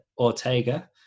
Ortega